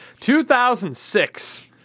2006